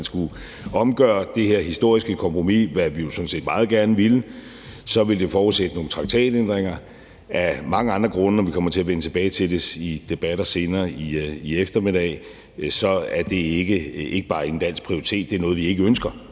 skulle omgøre det her historiske kompromis, hvad vi jo sådan set meget gerne ville, så ville forudsætte nogle traktatændringer af mange andre grunde, og vi kommer til at vende tilbage til det i debatter senere i eftermiddag. Så det er ikke bare en dansk prioritet, men det er noget, vi ikke ønsker,